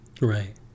Right